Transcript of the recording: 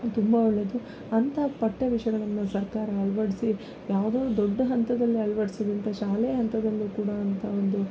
ತುಂಬ ಒಳ್ಳೆಯದು ಅಂಥ ಪಠ್ಯವಿಷಯಗಳನ್ನೂ ಸರ್ಕಾರ ಅಳವಡ್ಸಿ ಯಾವುದೋ ದೊಡ್ಡ ಹಂತದಲ್ಲಿ ಅಳವಡ್ಸಕಿಂತ ಶಾಲೆ ಹಂತದಲ್ಲಿ ಕೂಡ ಅಂಥ ಒಂದು